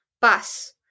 Bus